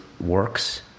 works